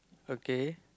okay